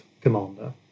commander